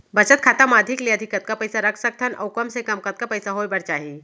बचत खाता मा अधिक ले अधिक कतका पइसा रख सकथन अऊ कम ले कम कतका पइसा होय बर चाही?